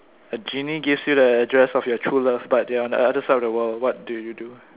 a genie gives you the address of your true love but they are on the other side of the world what do you do